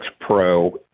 Pro